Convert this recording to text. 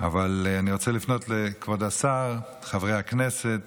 אבל אני רוצה לפנות לכבוד השר, לחברי הכנסת